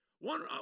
One